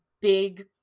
big